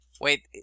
Wait